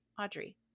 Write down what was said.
Audrey